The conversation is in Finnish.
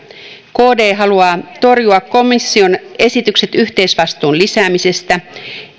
kd haluaa torjua komission esitykset yhteisvastuun lisäämisestä